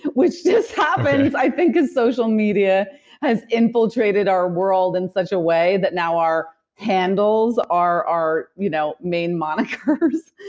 which just happens, i think because social media has infiltrated our world in such a way that now our handles are our you know main monikers.